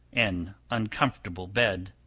an uncomfortable bed,